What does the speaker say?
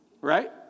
right